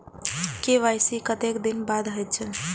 KYC कतेक दिन बाद होई छै?